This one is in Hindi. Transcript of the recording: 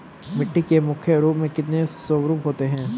मिट्टी के मुख्य रूप से कितने स्वरूप होते हैं?